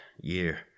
year